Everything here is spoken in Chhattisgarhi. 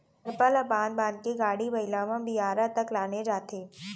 करपा ल बांध बांध के गाड़ी बइला म बियारा तक लाने जाथे